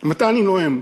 מתי אני נואם.